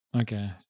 Okay